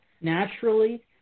naturally